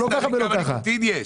תלוי כמה ניקוטין יש.